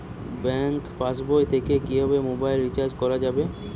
Bank পাশবই থেকে কিভাবে মোবাইল রিচার্জ করা যাবে?